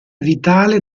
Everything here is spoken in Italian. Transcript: vitale